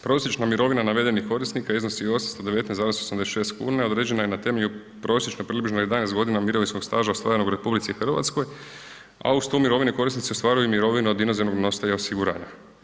Prosječna mirovina navedenih korisnika iznosi 819,86 kuna, a određena je na temelju prosječno približno 11 godina mirovinskog staža ostvarenog u RH, a uz tu mirovinu korisnici ostvaruju i mirovinu od inozemnog nositelja osiguranja.